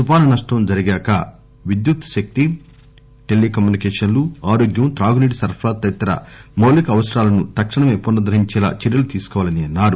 తుఫాను నష్టం జరిగాక విద్యుత్ శక్తి టెలి కమ్యూనికేషన్లు ఆరోగ్యం త్రాగునీటి సరఫరా తదితర మౌలిక అవసరాలను తక్షణమే పునరుద్దరించేలా చర్యలు తీసుకోవాలన్నారు